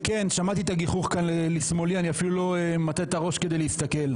שמעתי את הגיחוך כאן לשמאלי ואני אפילו לא מטה את הראש כדי להסתכל.